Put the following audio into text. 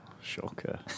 shocker